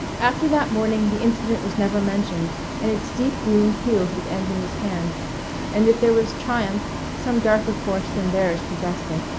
after that morning the incident was never mentioned and its deep wound healed with anthony's hand and if there was triumph some darker force than theirs possessed it,